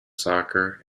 soccer